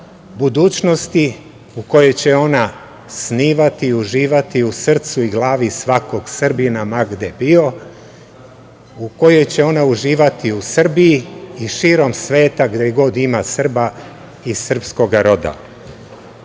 budućnosti u kojoj će ona snivati i uživati u srcu i u glavi svakog Srbina ma gde bio, u kojoj će ona uživati u Srbiji i širom sveta gde god ima Srba i srpskoga roda. Idu